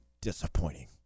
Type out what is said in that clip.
disappointing